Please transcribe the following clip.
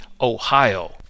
Ohio